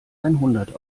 einhundert